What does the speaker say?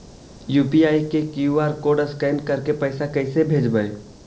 UPI के QR code scan करके पैसा कैसे भेजबइ?